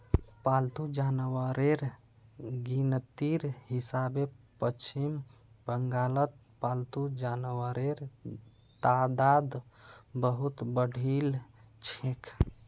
पालतू जानवरेर गिनतीर हिसाबे पश्चिम बंगालत पालतू जानवरेर तादाद बहुत बढ़िलछेक